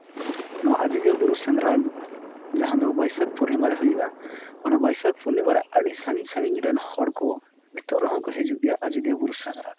ᱱᱚᱣᱟ ᱟᱡᱳᱫᱤᱭᱟᱹ ᱵᱩᱨᱩ ᱥᱮᱸᱫᱽᱨᱟ ᱡᱟᱦᱟᱸ ᱫᱚ ᱵᱟᱹᱭᱥᱟᱹᱠᱷ ᱯᱩᱨᱱᱤᱢᱟ ᱨᱮ ᱦᱩᱭᱩᱜ ᱚᱱᱟ ᱵᱟᱹᱭᱥᱟᱹᱠᱷ ᱯᱩᱨᱱᱤᱢᱟ ᱨᱮ ᱟᱹᱰᱤ ᱥᱟᱺᱜᱤᱧ ᱥᱟᱺᱦᱜᱤᱧ ᱨᱮᱱ ᱦᱚᱲ ᱠᱚ ᱱᱤᱛᱳᱜ ᱨᱮᱦᱚᱸ ᱠᱚ ᱦᱤᱡᱩᱜ ᱜᱮᱭᱟ ᱟᱡᱚᱫᱤᱭᱟᱹ ᱵᱩᱨᱩ ᱥᱮᱸᱫᱽᱨᱟ